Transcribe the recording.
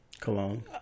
Cologne